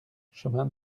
chemin